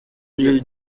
lil